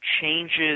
changes